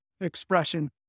expression